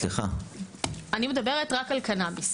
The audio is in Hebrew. אני מדברת רק על קנביס.